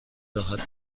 راحت